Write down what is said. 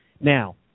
Now